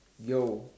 yo